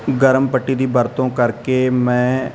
ਗਰਮ ਪੱਟੀ ਦੀ ਵਰਤੋਂ ਕਰਕੇ ਮੈਂ